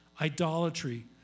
idolatry